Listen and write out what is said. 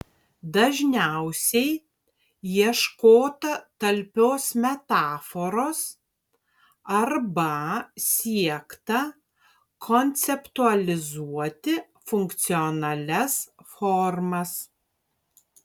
dažniausiai ieškota talpios metaforos arba siekta konceptualizuoti funkcionalias formas